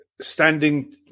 standing